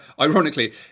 Ironically